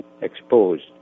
exposed